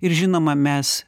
ir žinoma mes